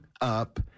up